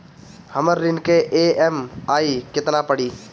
हमर ऋण के ई.एम.आई केतना पड़ी?